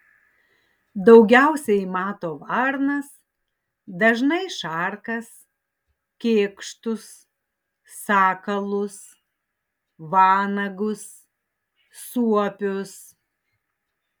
daugiausiai mato varnas dažnai šarkas kėkštus sakalus vanagus suopius